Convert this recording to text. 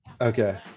okay